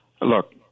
Look